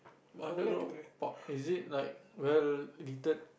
underground park is like well lettered